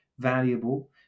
valuable